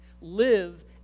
Live